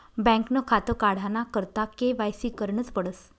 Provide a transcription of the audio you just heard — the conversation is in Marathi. बँकनं खातं काढाना करता के.वाय.सी करनच पडस